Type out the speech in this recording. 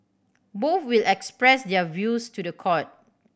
both will express their views to the court